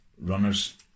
runners